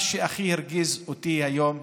מה שהכי הרגיז אותי היום,